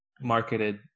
marketed